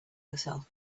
yourself